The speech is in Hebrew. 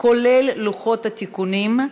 כולל לוחות התיקונים,